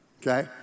okay